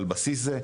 על בסיס זה,